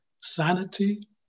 sanity